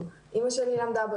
אמא שלי למדה בו,